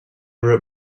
wrote